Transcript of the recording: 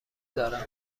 دارم